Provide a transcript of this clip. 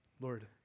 Lord